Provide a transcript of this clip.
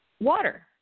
water